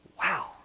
Wow